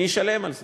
מי ישלם על זה?